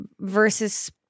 versus